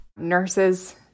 Nurses